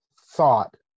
thought